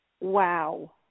Wow